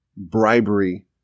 bribery